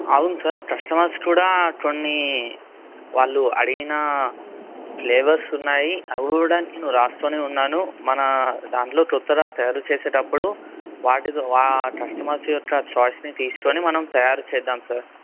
అవును sir customers కూడా కొన్ని వాళ్ళు అడిగినా ఫ్లేవర్స్ ఉన్నాయి అవి కూడా నేను రాసుకొని ఉన్నాను మన దాంట్లో కొత్తగా తయారు చేసేటప్పుడు వాటితో వా కస్టమర్స్ యొక్క ఛాయిస్ని తీసుకొని మనం తయారుచేద్దాం సర్